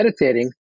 meditating